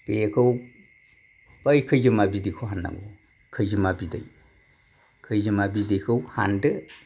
बेखौ बै खैजोमा बिदैखौ हानांगौ खैजोमा बिदै खैजोमा बिदैखौ हानदो